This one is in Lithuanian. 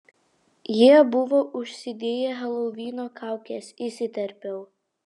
jie buvo užsidėję helovino kaukes įsiterpiau